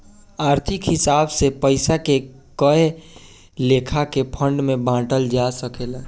आर्थिक हिसाब से पइसा के कए लेखा के फंड में बांटल जा सकेला